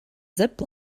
zip